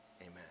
Amen